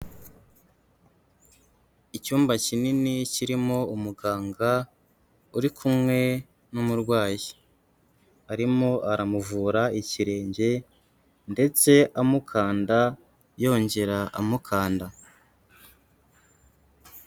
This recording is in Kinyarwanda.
Icyumba kinini kirimo umuganga uri kumwe n'umurwayi, arimo aramuvura ikirenge ndetse amukanda yongera amukanda.